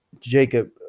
Jacob